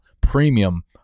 premium